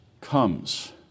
comes